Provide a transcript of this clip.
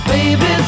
Baby